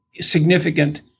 significant